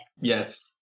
Yes